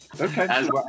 Okay